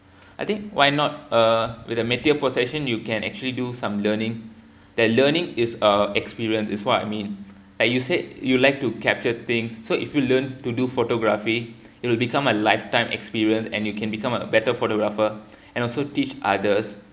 I think why not uh with a material possession you can actually do some learning that learning is a experience it's what I mean like you said you'd like to capture things so if you learn to do photography it'll become a lifetime experience and you can become a better photographer and also teach others